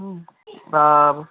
হুম আর